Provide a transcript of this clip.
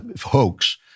hoax